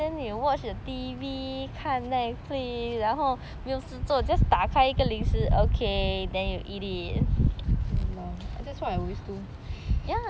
ya loh that's what I always do